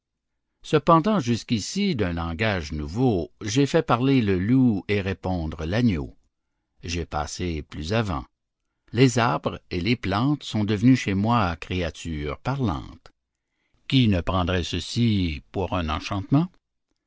cependant jusqu'ici d'un langage nouveau j'ai fait parler le loup et répondre l'agneau j'ai passé plus avant les arbres et les plantes sont devenus chez moi créatures parlantes qui ne prendrait ceci pour un enchantement